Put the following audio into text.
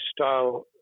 style